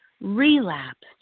relapsed